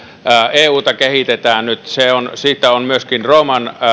euta kehitetään nyt siitä on myöskin rooman